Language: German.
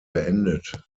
beendet